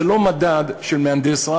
זה לא מדד רק של מהנדס.